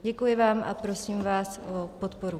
Děkuji vám a prosím vás o podporu.